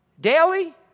daily